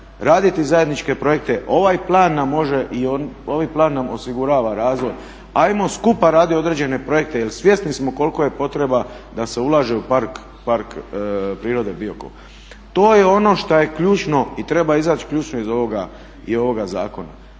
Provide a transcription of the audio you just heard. Ovaj plan nam može i ovaj plan nam osigurava razvoj. Ajmo skupa radit određene projekte jer svjesni smo koliko je potreba da se ulaže u Park prirode Biokovo. To je ono što je ključno i treba izaći ključno iz ovoga zakona,